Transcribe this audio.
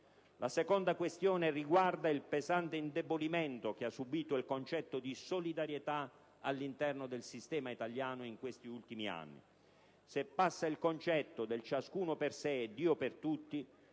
La seconda questione riguarda il pesante indebolimento che ha subito il concetto di solidarietà all'interno del sistema italiano, in questi ultimi anni. Se passa il concetto del ciascuno per sé e Dio per tutti,